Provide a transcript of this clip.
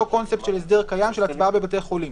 קונספט של הסדר קיים של הצבעה בבתי חולים.